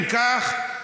אם כך,